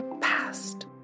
Past